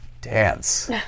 dance